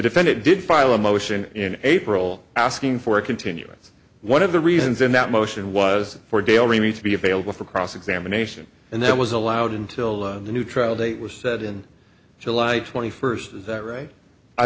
defendant did file a motion in april asking for a continuance one of the reasons in that motion was for dale remain to be available for cross examination and that was allowed until the new trial date was set in july twenty first is that right i